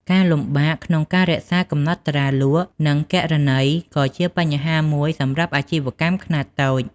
ការលំបាកក្នុងការរក្សាកំណត់ត្រាលក់ និងគណនេយ្យក៏ជាបញ្ហាមួយសម្រាប់អាជីវកម្មខ្នាតតូច។